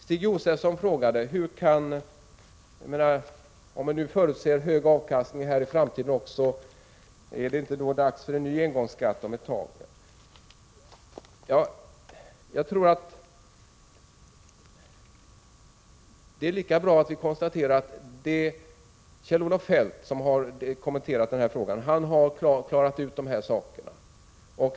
Stig Josefson frågade huruvida det inte, om vi nu förutser en hög avkastning också i framtiden, så småningom kommer att bli dags för en ny engångsskatt igen. Låt mig då åter konstatera att Kjell-Olof Feldt har klarat ut denna fråga.